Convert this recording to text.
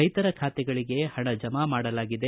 ರೈತರ ಬಾತೆಗಳಿಗೆ ಹಣ ಜಮಾ ಮಾಡಲಾಗಿದೆ